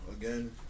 again